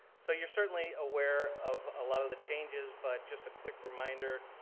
so you're certainly aware of a lot of the changes, but just a quick reminder,